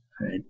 right